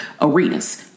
arenas